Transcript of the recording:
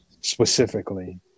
specifically